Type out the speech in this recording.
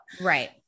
Right